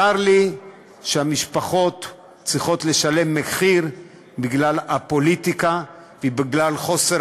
צר לי שהמשפחות צריכות לשלם מחיר בגלל הפוליטיקה ובגלל חוסר